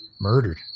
Murdered